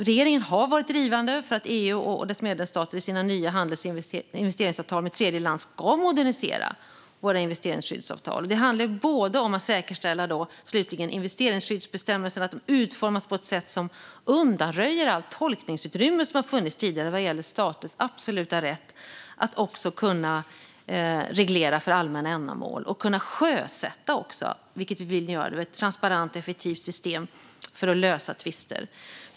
Regeringen har varit drivande för att EU och dess medlemsstater i sina nya handelsinvesteringsavtal med tredjeland ska modernisera våra investeringsskyddsavtal. Det handlar om att säkerställa att investeringsskyddsbestämmelserna utformas på ett sätt som gör att de undanröjer allt tolkningsutrymme som har funnits tidigare vad gäller staters absoluta rätt att kunna reglera för allmänna ändamål. Det handlar också om rätten att kunna sjösätta - vilket vi vill göra - ett transparent och effektivt system för att lösa tvister.